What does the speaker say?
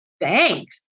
Thanks